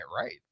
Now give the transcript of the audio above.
right